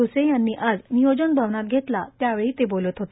भ्से यांनी आज नियोजनभवनात घेतला त्यावेळी ते बोलत होते